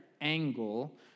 angle